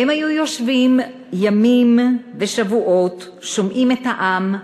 והם היו יושבים ימים ושבועות, שומעים את העם,